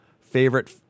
favorite